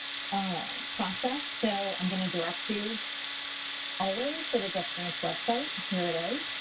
ah process. so i'm going to direct you always to the justgrants website, here it is,